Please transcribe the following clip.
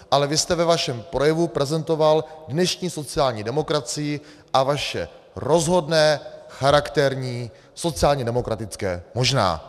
Ale vy jste ve vašem projevu prezentoval dnešní sociální demokracii a vaše rozhodné charakterní sociálně demokratické možná.